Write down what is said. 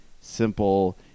simple